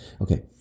okay